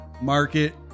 market